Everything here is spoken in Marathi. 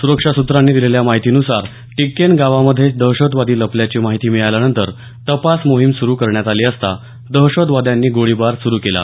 सुरक्षा सुत्रांनी दिलेल्या माहिती नुसार टिक्केन गावामध्ये दहशतवादी लपल्याची माहिती मिळाल्यानंतर तपास मोहीम सुरू करण्यात आली असता दहशतवाद्यांनी गोळीबार सुरू केला